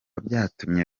byatumye